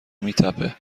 میتپه